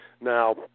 Now